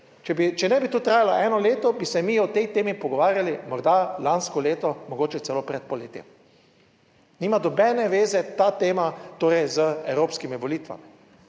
če ne bi to trajalo eno leto, bi se mi o tej temi pogovarjali morda lansko leto, mogoče celo pred poletjem. Nima nobene veze ta tema torej z evropskimi volitvami